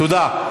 תודה.